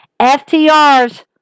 FTR's